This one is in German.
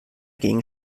gegen